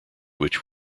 which